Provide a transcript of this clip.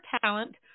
talent